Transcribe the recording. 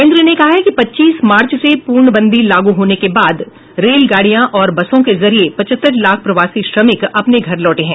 केंद्र ने कहा है कि पच्चीस मार्च से पूर्णबंदी लागू होने के बाद रेलगाडियों और बसों के जरिए पचहत्तर लाख प्रवासी श्रमिक अपने घर लौटे हैं